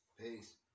Peace